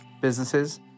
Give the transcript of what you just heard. businesses